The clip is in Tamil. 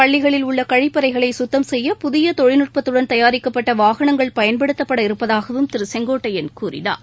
பள்ளிகளில் உள்ள கழிப்பறைகளை சுத்தம்செய்ய புதிய தொழில்நுட்பத்துடன் தயாரிக்கப்பட்ட வாகனங்கள் பயன்படுத்தப்பட இருப்பதாகவும் திரு செங்கோட்டையன் கூறினார்